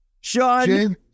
Sean